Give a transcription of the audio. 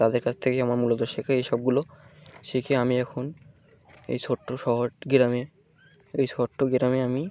তাদের কাছ থেকে আমার মূলত শেখা এইসবগুলো শিখে আমি এখন এই ছোট্ট শহর গেরামে এই ছোট্ট গেরামে আমি